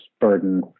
burden